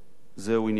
זהו עניין אחר.